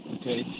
Okay